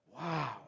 Wow